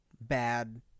bad